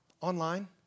online